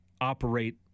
operate